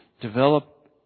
develop